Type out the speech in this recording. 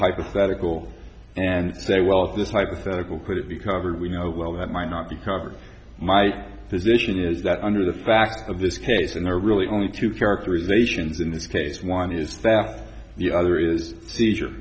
hypothetical and say well if this hypothetical put it recovered we know well that might not be covered my position is that under the facts of this case and there are really only two characterizations in this case one is that the other is seizure